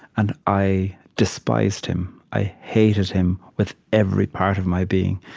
and i despised him. i hated him with every part of my being.